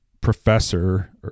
professor